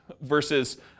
versus